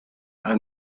are